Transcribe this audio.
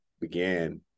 began